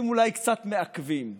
של הערבים.